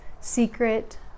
secret